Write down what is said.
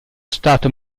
stato